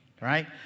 right